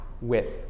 width